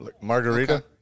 margarita